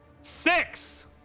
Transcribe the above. Six